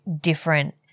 different